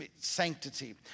sanctity